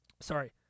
sorry